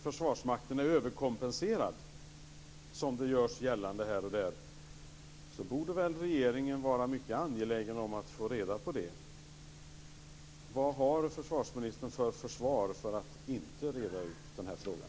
Försvarsmakten är överkompenserad, som det görs gällande här och där, borde väl regeringen vara mycket angelägen om att få reda på det. Vad har försvarsministern för försvar för att inte reda ut den frågan?